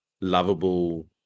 lovable